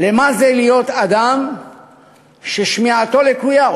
למה זה להיות אדם ששמיעתו לקויה,